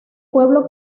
pueblo